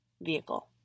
vehicle